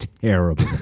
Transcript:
terrible